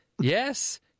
Yes